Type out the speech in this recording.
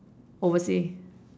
oversea